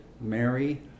Mary